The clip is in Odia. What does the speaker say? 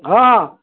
ହଁ